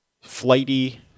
flighty